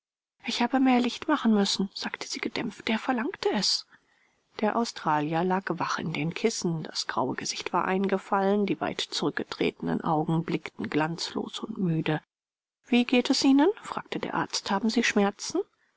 ich habe mehr licht machen müssen sagte sie gedämpft er verlangte es der australier lag wach in den kissen das graue gesicht war eingefallen die weit zurückgetretenen augen blickten glanzlos und müde wie geht es ihnen fragte der arzt haben sie schmerzen